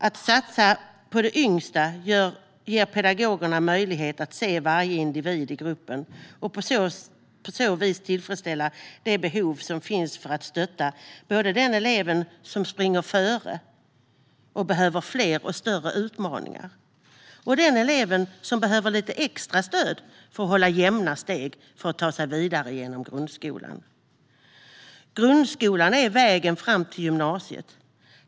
Att satsa på de yngsta ger pedagogerna möjlighet att se varje individ i gruppen och på så vis tillfredsställa de behov som finns att stötta både eleven som springer före och behöver fler och större utmaningar och eleven som behöver lite extra stöd för att hålla jämna steg och ta sig vidare genom grundskolan. Grundskolan är vägen fram till gymnasiet.